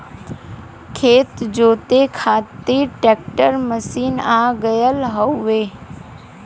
खेत जोते खातिर ट्रैकर मशीन आ गयल हउवे